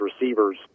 receivers